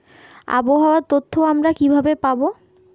আবহাওয়ার তথ্য আমরা কিভাবে পাব?